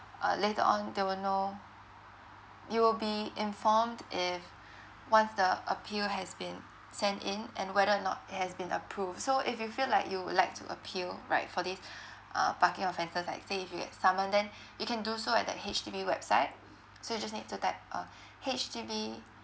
uh later on they will know you will be informed if once the appeal has been sent in and whether or not it has been approved so if you feel like you would like to appeal right for this uh parking offences like say if you have saman then you can do so at the H_D_B website so you just need to type uh H_D_B